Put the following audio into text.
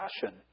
passion